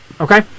Okay